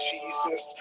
Jesus